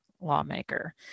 lawmaker